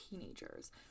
teenagers